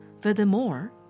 Furthermore